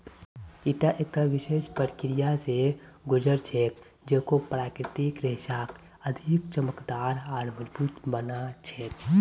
ईटा एकता विशेष प्रक्रिया स गुज र छेक जेको प्राकृतिक रेशाक अधिक चमकदार आर मजबूत बना छेक